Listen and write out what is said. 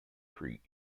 prix